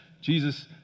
Jesus